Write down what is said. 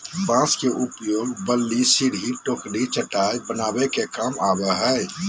बांस के उपयोग बल्ली, सिरही, टोकरी, चटाय बनावे के काम आवय हइ